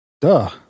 duh